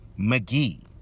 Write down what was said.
McGee